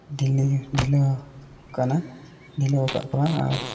ᱰᱷᱤᱞᱟᱹ ᱰᱷᱤᱞᱟᱹᱣᱟᱠᱚ ᱠᱟᱱᱟ ᱰᱷᱤᱞᱟᱹᱣ ᱟᱠᱟᱫ ᱠᱚᱣᱟ ᱟᱨ